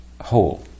whole